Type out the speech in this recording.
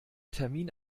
termin